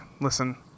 listen